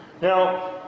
Now